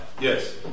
Yes